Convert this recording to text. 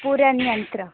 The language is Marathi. पुरण यंत्र